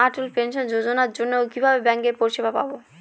অটল pension যোজনার জন্য কিভাবে ব্যাঙ্কে পরিষেবা পাবো?